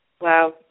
Wow